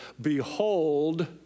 behold